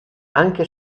anche